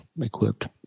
equipped